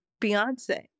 Beyonce